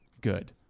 good